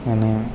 અને